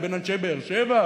לבין אנשי באר-שבע?